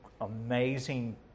amazing